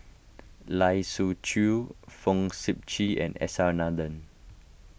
Lai Siu Chiu Fong Sip Chee and S R Nathan